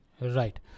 right